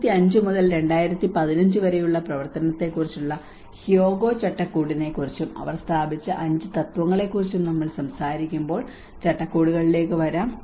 2005 മുതൽ 2015 വരെയുള്ള പ്രവർത്തനത്തിനുള്ള ഹ്യോഗോ ചട്ടക്കൂടിനെ കുറിച്ചും അവർ സ്ഥാപിച്ച 5 തത്വങ്ങളെ കുറിച്ചും നമ്മൾ സംസാരിക്കുമ്പോൾ ചട്ടക്കൂടുകളിലേക്ക് വരാം